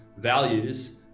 values